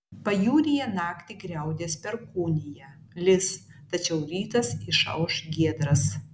pajūryje naktį griaudės perkūnija lis tačiau rytas išauš giedras